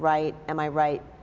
right? am i right?